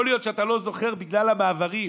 יכול להיות שאתה לא זוכר בגלל המעברים,